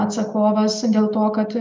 atsakovas dėl to kad